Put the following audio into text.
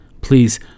Please